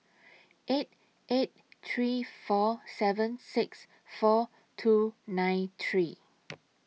eight eight three four seven six four two nine three